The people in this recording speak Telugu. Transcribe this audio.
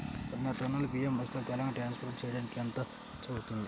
వంద టన్నులు బియ్యం బస్తాలు తెలంగాణ ట్రాస్పోర్ట్ చేయటానికి కి ఎంత ఖర్చు అవుతుంది?